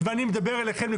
ואני מדבר אליכם,